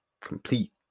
complete